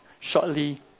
shortly